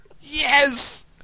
Yes